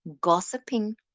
gossiping